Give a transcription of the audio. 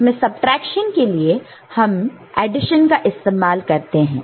इसमें सबट्रैक्शन के लिए हम एडिशन का इस्तेमाल करते हैं